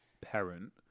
parent